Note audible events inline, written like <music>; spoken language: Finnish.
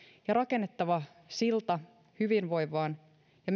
ja rakennettava silta hyvinvoivaan ja <unintelligible>